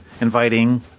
inviting